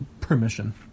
permission